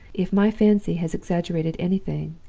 if my fancy has exaggerated anything,